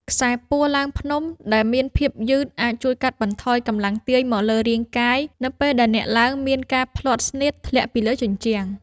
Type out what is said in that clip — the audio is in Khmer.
ខ្សែពួរឡើងភ្នំ ដែលមានភាពយឺតអាចជួយកាត់បន្ថយកម្លាំងទាញមកលើរាងកាយ នៅពេលដែលអ្នកឡើងមានការភ្លាត់ស្នៀតធ្លាក់ពីលើជញ្ជាំង។